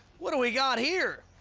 what do we got here?